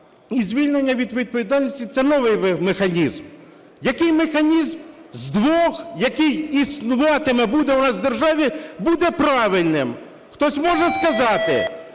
і звільнення від відповідальності – це новий механізм. Який механізм з двох, який існуватиме, буде у нас в державі, буде правильним, хтось може сказати?